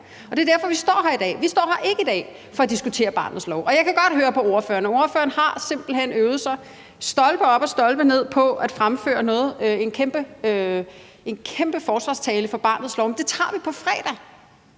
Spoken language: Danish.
Det er derfor, vi står her i dag; vi står her ikke i dag for at diskutere barnets lov, og jeg kan godt høre på ordføreren, at ordføreren simpelt hen har øvet sig stolpe op og stolpe ned på at fremføre en kæmpe forsvarstale for barnets lov, men det tager vi på fredag,